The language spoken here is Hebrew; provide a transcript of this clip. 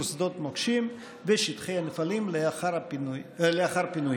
שדות המוקשים ושטחי הנפלים לאחר פינוים.